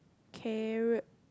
carrot